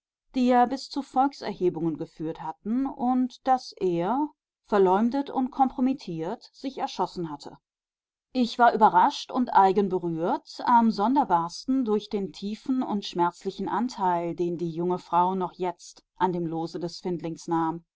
die ja bis zu volkserhebungen geführt hatten und daß er verleumdet und kompromittiert sich erschossen hatte ich war überrascht und eigen berührt am sonderbarsten durch den tiefen und schmerzlichen anteil den die junge frau noch jetzt an dem lose des findlings nahm